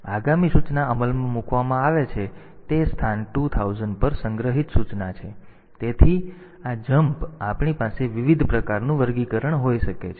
તેથી આગામી સૂચના અમલમાં મુકવામાં આવે છે તે સ્થાન 2000 પર સંગ્રહિત સૂચના છે તેથી આ જમ્પ આપણી પાસે વિવિધ પ્રકારનું વર્ગીકરણ હોઈ શકે છે